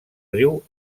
riu